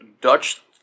Dutch